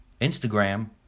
Instagram